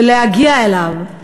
ולהגיע אליו,